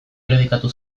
irudikatu